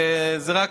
אופוזיציה,